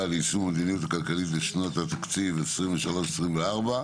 ליישום מדיניות כלכלית לשנות התקציב 2023 ו-2024).